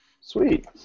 Sweet